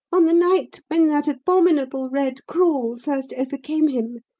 on the night when that abominable red crawl first overcame him,